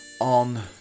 on